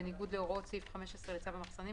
בניגוד להוראות סעיף 15 לצו המחסנים,